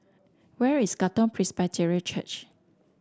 where is Katong Presbyterian Church